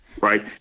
right